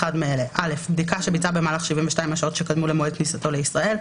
אחד מאלה: (א)בדיקה שביצע במהלך 72 השעות שקדמו למועד כניסתו לישראל,